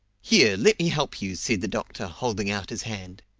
here, let me help you! said the doctor, holding out his hand.